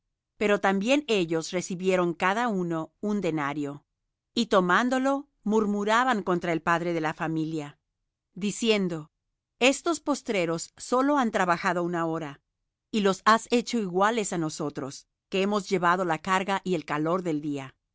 pero también ellos recibieron cada uno un denario y tomándolo murmuraban contra el padre de la familia diciendo estos postreros sólo han trabajado una hora y los has hecho iguales á nosotros que hemos llevado la carga y el calor del día